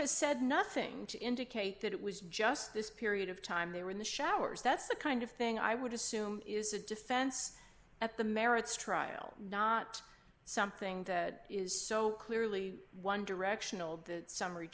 has said nothing to indicate that it was just this period of time they were in the showers that's the kind of thing i would assume is a defense at the merits trial not something that is so clearly one directional the summary